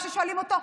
כששואלים אותו,